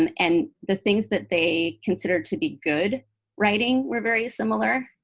um and the things that they considered to be good writing were very similar.